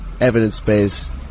evidence-based